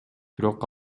бирок